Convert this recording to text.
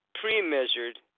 pre-measured